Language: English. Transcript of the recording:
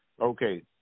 Okay